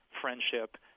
friendship